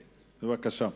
בבקשה.